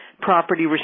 property